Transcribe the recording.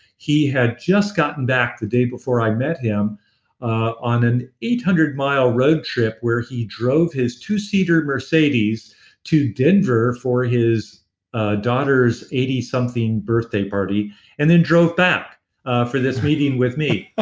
he had just gotten back the day before i met him on an eight hundred mile road trip where he drove his twoseater mercedes to denver for his ah daughter's eighty something birthday party and then drove back for this meeting with me. ah